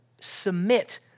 submit